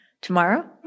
Tomorrow